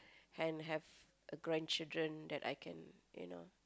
and have a grandchildren that I can you know